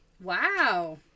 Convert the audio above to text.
Wow